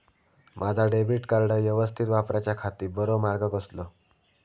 माजा debit card यवस्तीत वापराच्याखाती बरो मार्ग कसलो?